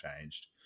changed